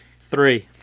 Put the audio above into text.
three